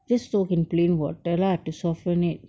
just soak in plain water lah to soften it